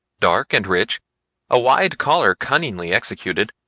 dark and rich a wide collar cunningly executed,